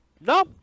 No